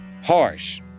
Harsh